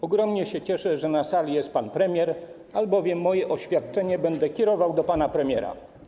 Ogromnie się cieszę, że na sali jest pan premier, albowiem moje oświadczenie będę kierował do pana premiera.